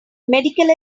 medical